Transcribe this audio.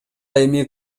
эми